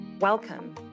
Welcome